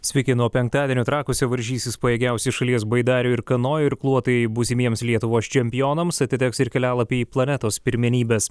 sveiki nuo penktadienio trakuose varžysis pajėgiausi šalies baidarių ir kanojų irkluotojai būsimiems lietuvos čempionams atiteks ir kelialapiai į planetos pirmenybes